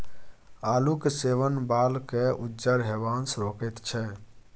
आलूक सेवन बालकेँ उज्जर हेबासँ रोकैत छै